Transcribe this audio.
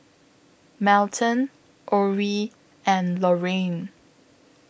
Melton Orie and Lorrayne